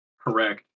Correct